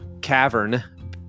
cavern